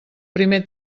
primer